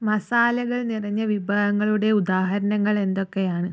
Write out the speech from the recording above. മസാലകൾ നിറഞ്ഞ വിഭവങ്ങളുടെ ഉദാഹരണങ്ങൾ എന്തൊക്കെയാണ്